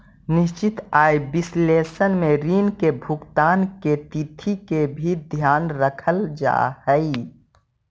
निश्चित आय विश्लेषण में ऋण के भुगतान के तिथि के भी ध्यान रखल जा हई